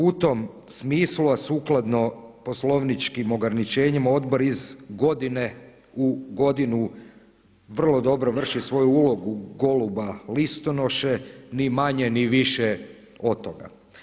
U tom smislu, a sukladno poslovničkim ograničenjima odbor iz godine u godinu vrlo dobro vrši svoju ulogu goluba listonoše, ni manje, ni više od toga.